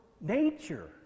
nature